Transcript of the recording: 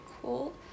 cool